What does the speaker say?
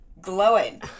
glowing